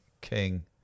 King